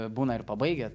būna ir pabaigę